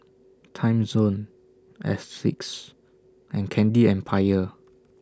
Timezone Asics and Candy Empire